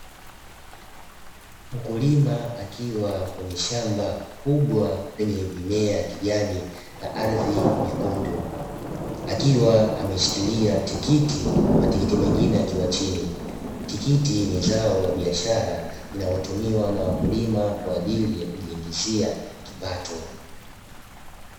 Mkulima akiwa kwenye shamba kubwa lenye mimea ya kijani na ardhi nyekundu, akiwa ameshikilia tikiti na matikiti mengine yakiwa chini. Tikiti ni zao la biashara linalotumiwa na wakulima kwa ajili ya kujiingizia kipato.